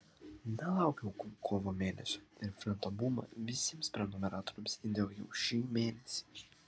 nelaukiau kovo mėnesio ir flinto bumą visiems prenumeratoriams įdėjau jau šį mėnesį